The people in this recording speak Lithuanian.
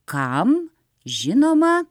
kam žinoma